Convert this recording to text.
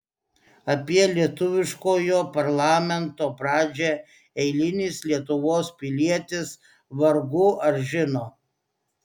apie lietuviškojo parlamento pradžią eilinis lietuvos pilietis vargu ar žino